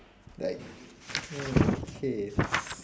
like hmm okay s~